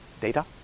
Data